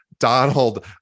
Donald